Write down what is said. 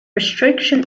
restriction